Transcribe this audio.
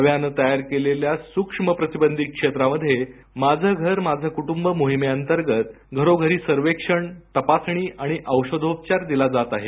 नव्यानं तयार केलेल्या सुक्ष्म प्रतिबंधित क्षेत्रामध्ये माझे घर माझे कुटंब मोहीमेअंतर्गत घरोघरी सर्वेक्षण तपासणी आणि औषधोपचार दिला जात आहे